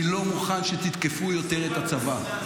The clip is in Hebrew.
אני לא מוכן שתתקפו יותר את הצבא.